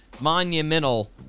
monumental